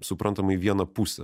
suprantama į vieną pusę